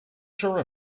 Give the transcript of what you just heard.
sure